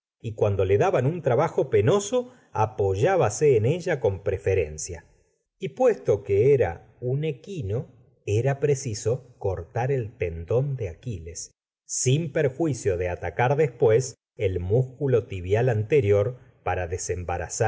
y cuando le daban un trabajo penoso apoyábase en ella con preferencia y puesto que era un equino era preciso cortar el tendón de aquiles sin perjuicio de atacar después el músculo tibial anterior para